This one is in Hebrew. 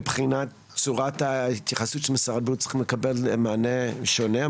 מבחינת ההתייחסות של משרד הבריאות צריכים לקבל מענה שונה,